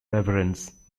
reverence